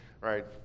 right